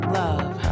love